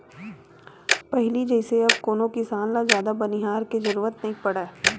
पहिली जइसे अब कोनो किसान ल जादा बनिहार के जरुरत नइ पड़य